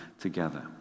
together